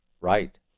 Right